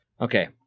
okay